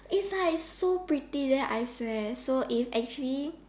is like so pretty then I swear so is actually